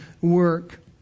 work